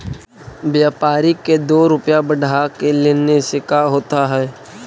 व्यापारिक के दो रूपया बढ़ा के लेने से का होता है?